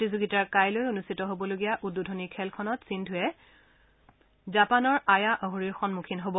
প্ৰতিযোগিতাৰ কাইলৈ অনুষ্ঠিত হ'বলগীয়া উদ্বোধনী খেলখনত সিন্ধুৱে জাপানৰ আয়া অহোৰীৰ সন্মুখীন হ'ব